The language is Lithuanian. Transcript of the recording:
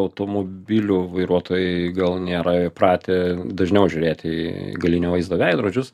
automobilių vairuotojai gal nėra įpratę dažniau žiūrėti į galinio vaizdo veidrodžius